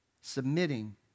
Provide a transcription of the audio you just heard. submitting